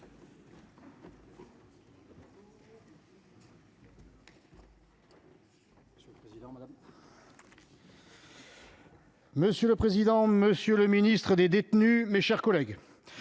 Monsieur le président, monsieur le ministre des détenus, mes chers collègues,